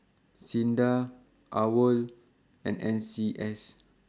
SINDA AWOL and N C S